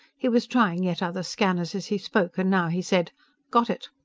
he was trying yet other scanners as he spoke, and now he said got it!